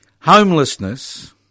homelessness